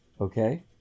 Okay